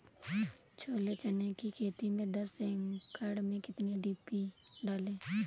छोले चने की खेती में दस एकड़ में कितनी डी.पी डालें?